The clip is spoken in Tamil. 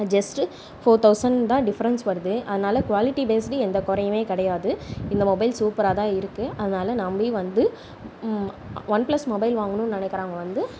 ஜஸ்ட் ஃபோர் தொளசண்ட் தான் டிஃப்ரண்ட்ஸ் வருது அதுனால் க்வாலிட்டி பேஸ்லி எந்த குறையுமே கிடையாது இந்த மொபைல் சூப்பராக தான் இருக்குது அதனால் நம்பி வந்து ஒன் ப்ளஸ் மொபைல் வாங்கணும்ன்னு நினைக்கிறவங்க வந்து